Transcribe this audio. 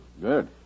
Good